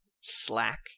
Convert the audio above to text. slack